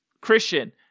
Christian